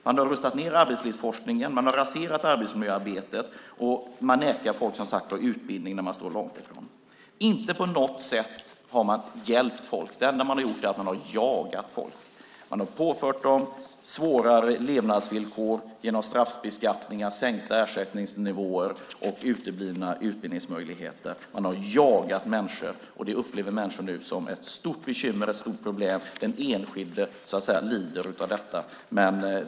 Man har rustat ned arbetslivsforskningen, man har raserat arbetsmiljöarbetet och man nekar folk utbildning. Inte på något sätt har man hjälpt folk. Det enda man har gjort är att jaga folk. Man har påfört dem svårare levnadsvillkor genom straffbeskattning, sänkta ersättningsnivåer och uteblivna utbildningsmöjligheter. Man har jagat människor, och det upplever människor som ett stort bekymmer och problem. Den enskilde lider av detta.